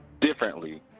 differently